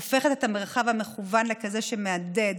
הופכת את המרחב המקוון לכזה שמעודד